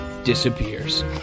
disappears